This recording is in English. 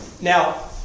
Now